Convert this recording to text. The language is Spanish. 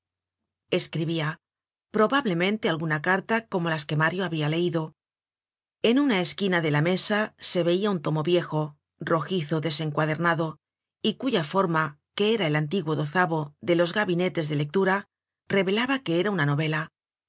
escribia probablemente alguna carta como las que mario habia leido en una esquina de la mesa se veia un tomo viejo rojizo desencuadernado y cuya forma que era el antiguo dozavo de los gabinetes de lectura revelaba que era una novela